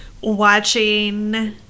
watching